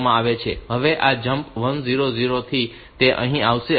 હવે આ જમ્પ 1000 થી તે અહીં આવશે